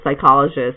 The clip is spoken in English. psychologist